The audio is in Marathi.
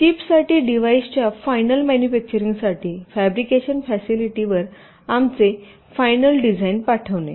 चिपसाठी डिव्हाइसच्या फायनल मॅनुफॅकचारिंगसाठी फॅब्रिकेशन फॅसिलिटीवर आमचे फायनल डिझाइन पाठविणे